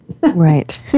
Right